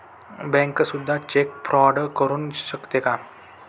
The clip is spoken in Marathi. बँक सुद्धा चेक फ्रॉड करू शकते का?